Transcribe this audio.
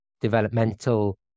developmental